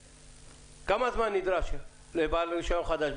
כמה זמן נדרש לבעל רישיון חדש?